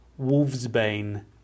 Wolvesbane